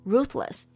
Ruthless